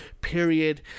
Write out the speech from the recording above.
period